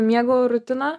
miego rutiną